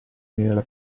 nella